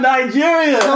Nigeria